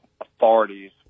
authorities